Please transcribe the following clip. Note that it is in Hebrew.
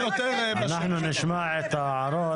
אנחנו נשמע את ההערות.